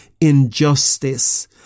injustice